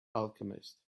alchemist